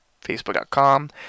Facebook.com